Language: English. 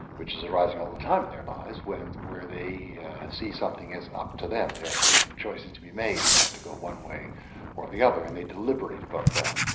which is arising all the time in their lives, where they see something as up to them, there are certain choices to be made, they have to go one way or the other and they deliberate about that.